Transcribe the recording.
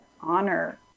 honor